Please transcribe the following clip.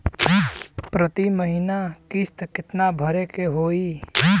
प्रति महीना किस्त कितना भरे के होई?